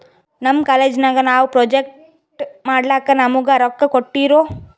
ನಮ್ ಕಾಲೇಜ್ ನಾಗ್ ನಾವು ಪ್ರೊಜೆಕ್ಟ್ ಮಾಡ್ಲಕ್ ನಮುಗಾ ರೊಕ್ಕಾ ಕೋಟ್ಟಿರು